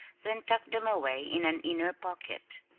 then tucked them away in an inner pocket.